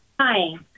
Hi